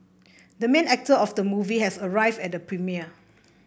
the main actor of the movie has arrived at the premiere